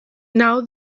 now